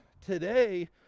Today